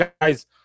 guys